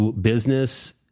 business